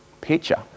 picture